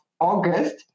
August